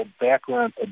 background